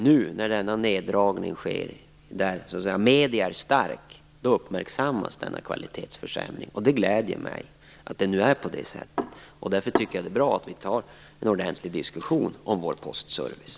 I den neddragning som nu sker, under stark bevakning från medierna, uppmärksammas denna kvalitetsförsämring, och det glädjer mig att så sker. Jag tycker att det är bra att vi tar upp en ordentlig diskussion om vår postservice.